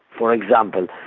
for example,